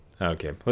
Okay